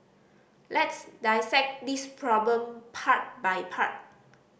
let's dissect this problem part by part